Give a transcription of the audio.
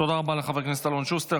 תודה רבה לחבר הכנסת אלון שוסטר.